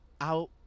out